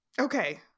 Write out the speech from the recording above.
Okay